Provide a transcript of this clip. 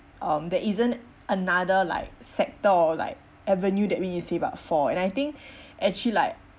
um there isn't another like sector or like avenue that we save up for and I think actually like